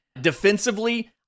Defensively